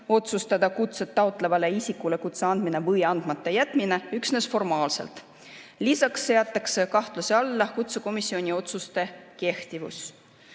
otsustada kutset taotlevale isikule kutse andmine või andmata jätmine üksnes formaalselt. Lisaks seatakse kahtluse alla kutsekomisjoni otsuste kehtivus.